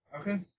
Okay